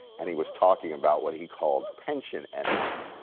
and he was talking about what he called pension envy.